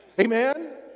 Amen